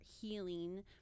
healing